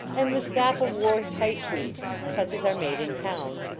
and mustapha wore tight boots, such as are made in town.